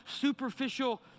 superficial